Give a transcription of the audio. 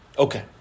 Okay